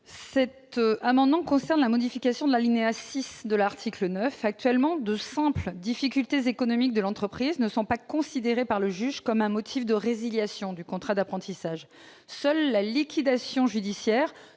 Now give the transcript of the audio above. La parole est à Mme Nathalie Delattre. Actuellement, de simples difficultés économiques de l'entreprise ne sont pas considérées par le juge comme un motif de résiliation du contrat d'apprentissage. Seule la liquidation judiciaire